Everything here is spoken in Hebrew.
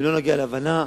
ואם לא נגיע להבנה,